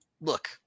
look